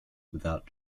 without